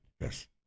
Yes